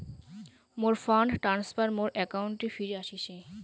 মোর fund transfer মোর অ্যাকাউন্টে ফিরি আশিসে